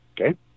Okay